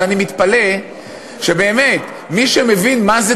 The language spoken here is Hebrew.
אבל אני מתפלא באמת שמי שמבין מה זו